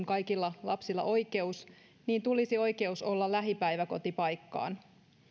kaikilla lapsilla on oikeus lähikouluun tulisi oikeus olla myös lähipäiväkotipaikkaan